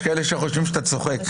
יש כאלה שחושבים שאתה צוחק.